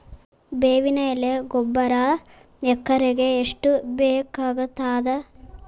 ಬೇವಿನ ಎಲೆ ಗೊಬರಾ ಎಕರೆಗ್ ಎಷ್ಟು ಬೇಕಗತಾದ?